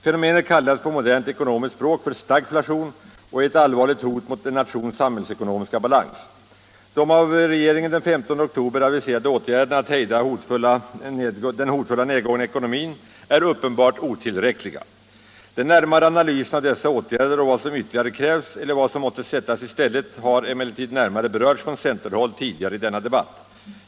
Fenomenet kallas på modernt ekonomiskt språk för stagflation och är eu ellvarligt hot mot en nations samhällsekonomiska balans. De av regeringen den 15 oktober aviserade åtgärderna att hejda den hotfulla nedgången i ekonomin är uppenbart otillräckliga. Den närmare analysen av dessa åtgärder och vad som ytterligare krävs eller vad som måste sättas i stället har emellertid närmare berörts från centerhåll tidigare i denna ticbatti.